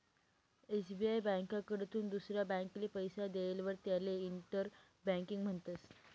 SBI ब्यांककडथून दुसरा ब्यांकले पैसा देयेलवर त्याले इंटर बँकिंग म्हणतस